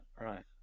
Right